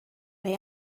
neu